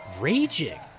raging